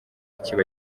kiba